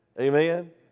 Amen